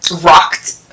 rocked